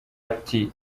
ati